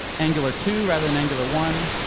angular two rather than angular one.